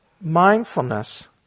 mindfulness